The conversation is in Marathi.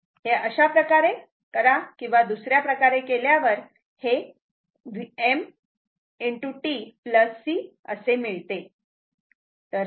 हे अशाप्रकारे करा किंवा दुसऱ्या प्रकारे केल्यावर हे V m t C असे मिळते